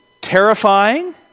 terrifying